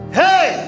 hey